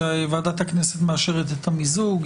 שוועדת הכנסת מאשרת את המיזוג,